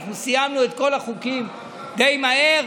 סיימנו את כל החוקים די מהר.